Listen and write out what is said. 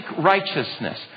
righteousness